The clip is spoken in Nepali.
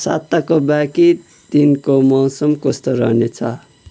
साताको बाँकी दिनको मौसम कस्तो रहनेछ